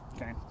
okay